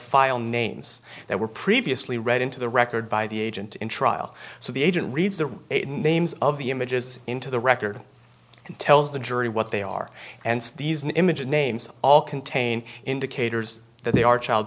filenames that were previously read into the record by the agent in trial so the agent reads the names of the images into the record and tells the jury what they are and these images names all contain indicators that they are child